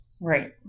Right